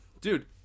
Dude